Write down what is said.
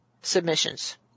submissions